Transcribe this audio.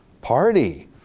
party